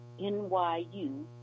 NYU